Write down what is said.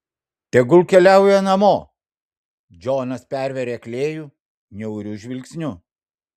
tegul keliauja namo džonas pervėrė klėjų niauriu žvilgsniu